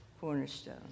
cornerstone